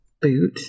boot